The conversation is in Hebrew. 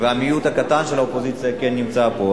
והמיעוט הקטן של האופוזיציה כן נמצא פה.